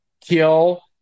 kill